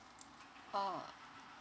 oh